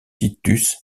titus